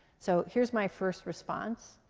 so here's my first response,